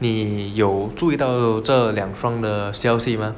你有注意到这两双的消息 mah